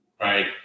right